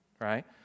right